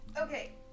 Okay